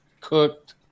cooked